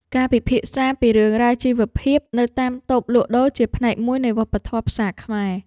ការពិភាក្សាពីរឿងរ៉ាវជីវភាពនៅតាមតូបលក់ដូរជាផ្នែកមួយនៃវប្បធម៌ផ្សារខ្មែរ។